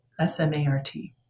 S-M-A-R-T